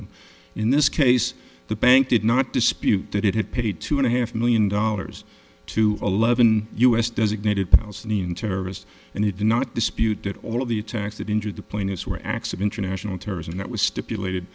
them in this case the bank did not dispute that it had paid two and a half million dollars to eleven u s designated palestinian terrorists and you do not dispute that all of the attacks that injure the plaintiffs were acts of international terrorism that was stipulated